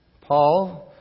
Paul